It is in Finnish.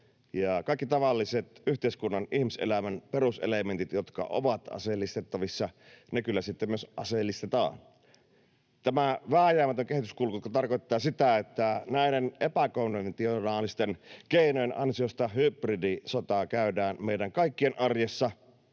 Kaikki tavalliset yhteiskunnan, ihmiselämän peruselementit, jotka ovat aseellistettavissa, kyllä sitten myös aseellistetaan. Tämä vääjäämätön kehityskulku tarkoittaa sitä, että näiden epäkonventionaalisten keinojen ansiosta hybridisotaa käydään meidän kaikkien arjessa,